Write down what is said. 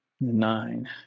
nine